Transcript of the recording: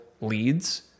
leads